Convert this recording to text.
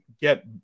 get